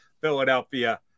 Philadelphia